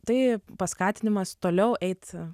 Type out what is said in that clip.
tai paskatinimas toliau eit